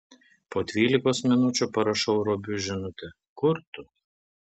po dvylikos minučių parašau robiui žinutę kur tu